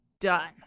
Done